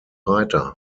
reiter